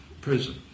prison